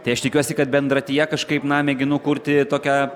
tai aš tikiuosi kad bendratyje kažkaip na mėginu kurti tokią